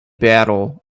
battle